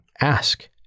ask